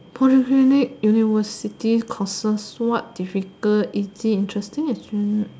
Polyclinic university courses what difficult is it interesting is it